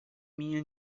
minha